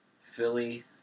Philly